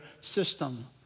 system